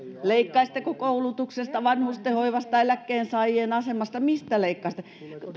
leikkaisitteko koulutuksesta vanhustenhoivasta eläkkeensaajien asemasta mistä leikkaisitte